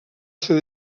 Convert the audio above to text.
ser